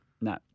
no